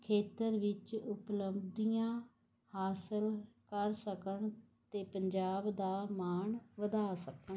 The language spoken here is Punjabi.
ਖੇਤਰ ਵਿੱਚ ਉਪਲਬਧੀਆਂ ਹਾਸਲ ਕਰ ਸਕਣ ਅਤੇ ਪੰਜਾਬ ਦਾ ਮਾਣ ਵਧਾ ਸਕਣ